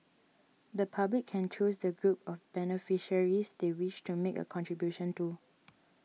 the public can choose the group of beneficiaries they wish to make a contribution to